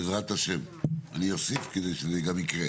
בעזרת ה', אני אוסיף כדי שזה גם יקרה.